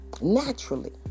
naturally